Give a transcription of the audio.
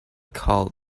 call